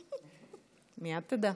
מייד תדע.